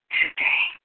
today